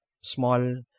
small